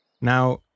Now